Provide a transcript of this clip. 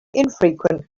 infrequent